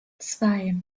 zwei